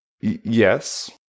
Yes